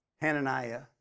Hananiah